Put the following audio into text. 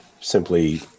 simply